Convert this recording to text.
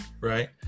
right